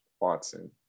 Watson